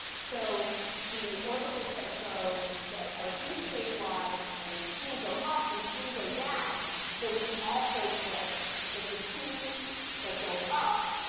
so the orbitals that go that are destabilized and two go up and three go down. so we can also put that the two that go up,